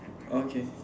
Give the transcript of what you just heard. okay